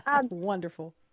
Wonderful